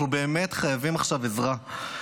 אנחנו באמת חייבים עכשיו עזרה.